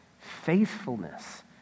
faithfulness